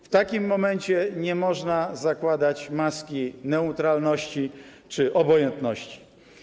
W takim momencie nie można zakładać maski neutralności czy obojętności.